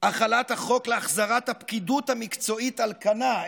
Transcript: החלת החוק להחזרת הפקידות המקצועית על כנה,